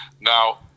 Now